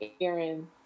Aaron